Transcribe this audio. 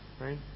right